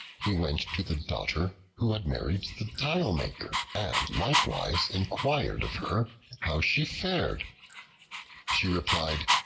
he went to the daughter who had married the tilemaker, and likewise inquired of her how she fared she replied,